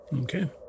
Okay